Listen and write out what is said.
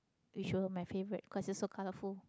which were my favourite 'cause it's so colourful